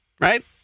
right